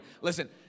Listen